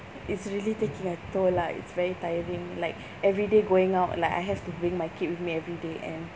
it's really taking a toll lah it's very tiring like every day going out like I have to bring my kid with me every day and